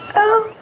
oh,